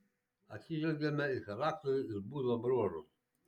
atsižvelgiame į charakterį ir būdo bruožus